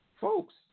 folks